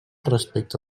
respecte